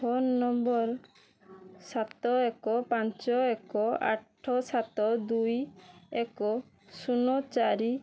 phone number ସାତ ଏକ ପାଞ୍ଚ ଏକ ଆଠ ସାତ ଦୁଇ ଏକ ଶୂନ ଚାରି